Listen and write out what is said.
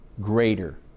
greater